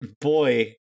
boy